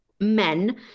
men